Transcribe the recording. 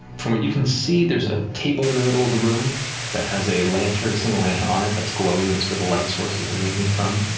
from what you can see, there's a table in the middle of the room that has a lantern, a single lantern on it, that's glowing, and it's where the light source is emanating from.